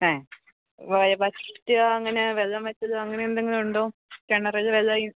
ആ വറ്റുക അങ്ങനെ വെള്ളം വറ്റുക അങ്ങനെയെന്തെങ്കിലും ഉണ്ടോ കിണറുകളിൽ